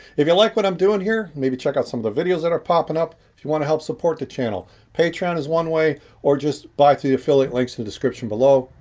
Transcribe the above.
if you like what i'm doing here maybe check out some of the videos that are popping up. if you want to help support the channel patreon is one way or just buy thru the affiliate links in the description below,